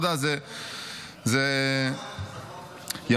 אתה יודע, זה ------ זה חוק חשוב.